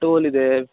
ಟೋಲಿದೆ